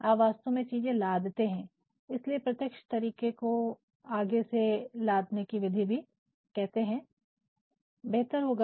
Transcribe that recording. आप वास्तव में चीजें लादते देते हैं इसीलिए प्रत्यक्ष तरीके को आगे से लादने की विधि भी कहते हैं बेहतर होगा